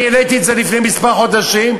אני העליתי את זה לפני כמה חודשים,